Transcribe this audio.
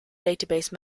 database